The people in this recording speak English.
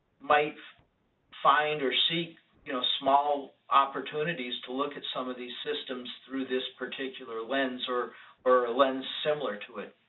might find or seek you know small opportunities to look at some of these systems through this particular lens or a ah lens similar to it.